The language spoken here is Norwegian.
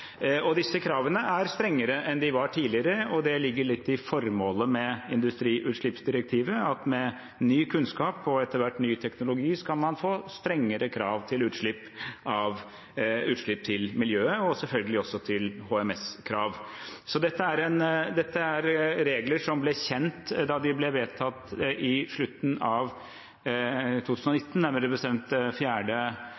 Disse kravene er strengere enn de var tidligere, og det ligger litt i formålet med industriutslippsdirektivet at med ny kunnskap og etter hvert ny teknologi skal man få strengere krav til utslipp til miljøet og selvfølgelig også til HMS-krav. Dette er regler som ble kjent da de ble vedtatt i slutten av